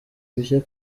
bishya